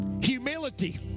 humility